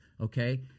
Okay